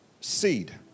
seed